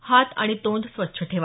हात आणि तोंड स्वच्छ ठेवा